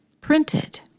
printed